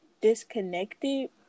disconnected